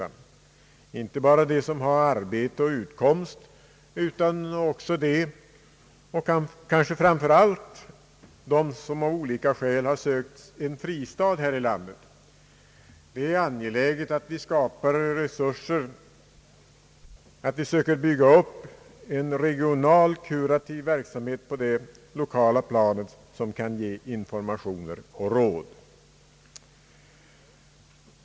Det gäller inte bara dem som har arbete och utkomst, utan kanske framför allt dem som av olika skäl har sökt en fristad här i landet. Det är angeläget att vi skapar resurser, att vi söker bygga upp en regional kurativ verksamhet på det lokala planet för att kunna ge informationer och råd.